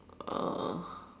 oh